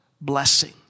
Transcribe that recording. blessing